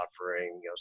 offering